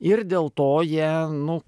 ir dėl to jie nu